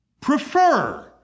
prefer